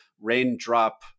raindrop